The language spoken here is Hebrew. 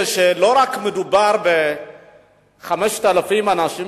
כשלא מדובר רק ב-5,000 איש,